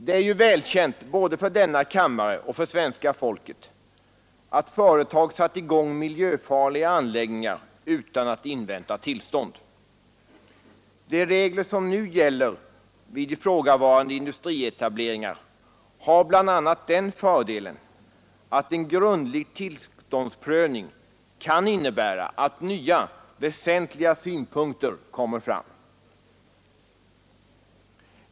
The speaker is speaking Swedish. Det är välkänt för både denna kammare och svenska folket att företag satt i gång miljöfarliga anläggningar utan att invänta tillstånd. De regler som nu gäller vid ifrågavarande industrietableringar har bl.a. den fördelen att en grundlig tillståndsprövning kan innebära att nya väsentliga synpunkter kommer fram.